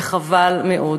וחבל מאוד.